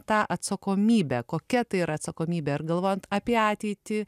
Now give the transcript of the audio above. tą atsakomybę kokia tai yra atsakomybė ar galvojant apie ateitį